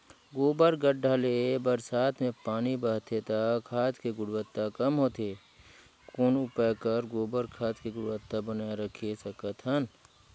गोबर गढ्ढा ले बरसात मे पानी बहथे त खाद के गुणवत्ता कम होथे कौन उपाय कर गोबर खाद के गुणवत्ता बनाय राखे सकत हन?